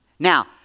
Now